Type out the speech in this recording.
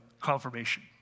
confirmation